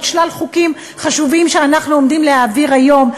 שלל חוקים חשובים שאנחנו עומדים להעביר היום,